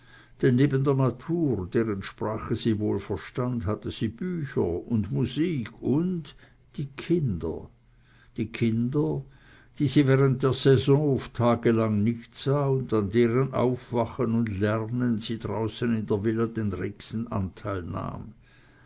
der natur deren sprache sie wohl verstand hatte sie bücher und musik und die kinder die kinder die sie während der saison oft tagelang nicht sah und an deren aufwachsen und lernen sie draußen in der villa den regsten anteil nahm